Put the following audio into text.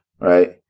Right